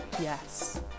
Yes